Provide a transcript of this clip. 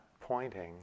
pointing